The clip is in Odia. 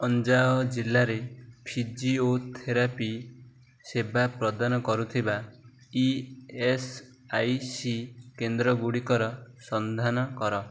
ଅଞ୍ଜାଅ ଜିଲ୍ଲାରେ ଫିଜିଓଥେରାପି ସେବା ପ୍ରଦାନ କରୁଥିବା ଇ ଏସ୍ ଆଇ ସି କେନ୍ଦ୍ରଗୁଡ଼ିକର ସନ୍ଧାନ କର